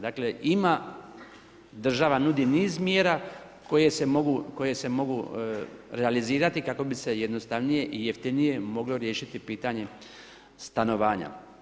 Dakle država nudi niz mjera koje se mogu realizirati kako bi se jednostavnije i jeftinije moglo riješiti pitanje stanovanja.